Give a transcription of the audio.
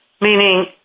Meaning